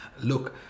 look